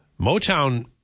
Motown